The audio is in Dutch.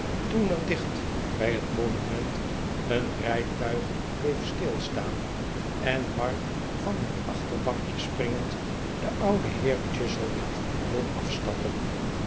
toen er dicht bij het monument een rijtuig bleef stilstaan en mark van het achterbankje springend den ouden heer chuzzlewit hielp afstappen